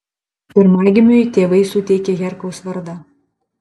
pirmagimiui tėvai suteikė herkaus vardą